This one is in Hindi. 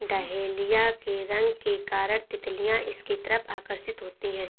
डहेलिया के रंग के कारण तितलियां इसकी तरफ आकर्षित होती हैं